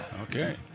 Okay